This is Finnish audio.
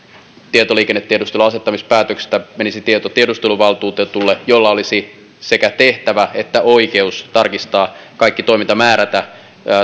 tietoliikennetiedusteluun asettamispäätöksestä menisi tieto tiedusteluvaltuutetulle jolla olisi sekä tehtävä että oikeus tarkistaa kaikki toiminta määrätä